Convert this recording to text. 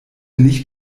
nicht